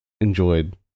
enjoyed